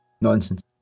Nonsense